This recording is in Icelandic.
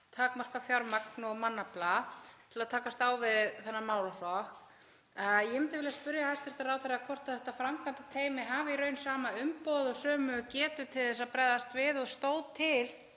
takmarkað fjármagn og mannafla til að takast á við þennan málaflokk. Ég myndi vilja spyrja hæstv. ráðherra hvort þetta framkvæmdateymi hafi í raun sama umboð og sömu getu til að bregðast við og stóð til